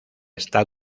está